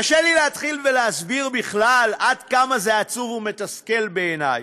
קשה לי להתחיל ולהסביר בכלל עד כמה זה עצוב ומתסכל בעיני.